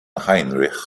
heinrich